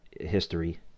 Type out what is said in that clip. history